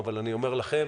אבל אני אומר לכם,